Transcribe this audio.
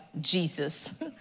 Jesus